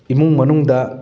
ꯏꯃꯨꯡ ꯃꯅꯨꯡꯗ